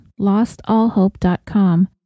lostallhope.com